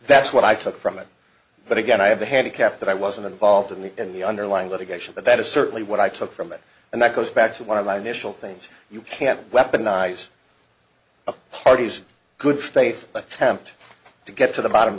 that's what i took from it but again i have a handicap that i wasn't involved in the in the underlying litigation but that is certainly what i took from it and that goes back to one of the initial things you can weaponize the parties good faith attempt to get to the bottom